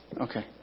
Okay